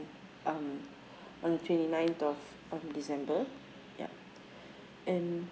um on the twenty ninth of um december yup and